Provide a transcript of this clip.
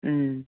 ꯎꯝ